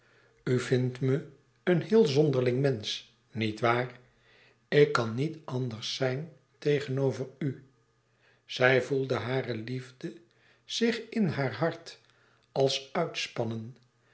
vindt me een heel zonderling mensch niet waar ik kan niet anders zijn tegenover u zij voelde hare liefde zich in haar hart als